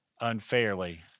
unfairly